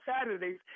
Saturdays